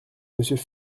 monsieur